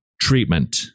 treatment